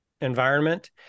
environment